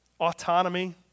Autonomy